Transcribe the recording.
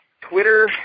Twitter